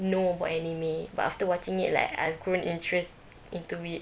know about anime but after watching it like I've grown interest into it